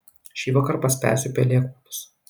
šįvakar paspęsiu pelėkautus